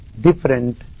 different